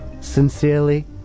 Sincerely